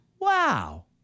Wow